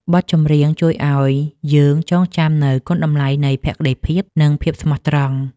បទចម្រៀងជួយឱ្យយើងចងចាំនូវគុណតម្លៃនៃភក្ដីភាព និងភាពស្មោះត្រង់។